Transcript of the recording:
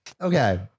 Okay